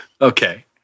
Okay